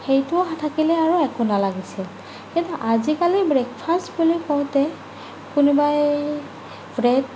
সেইটো থাকিলেই আৰু একো নালাগিছিল কিন্তু আজিকালি ব্ৰেকফাষ্ট বুলি কওঁতে কোনোবাই ব্ৰেড